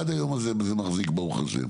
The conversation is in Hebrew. עד היום הזה זה מחזיק ברוך ה'.